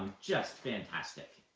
just fantastic.